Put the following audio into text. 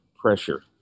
pressure